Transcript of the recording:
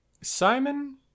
Simon